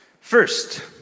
First